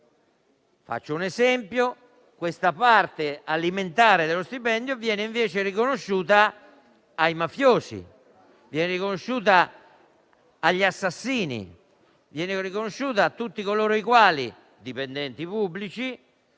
fare un esempio - questa parte alimentare dello stipendio viene riconosciuta ai mafiosi, agli assassini o a tutti coloro i quali - dipendenti pubblici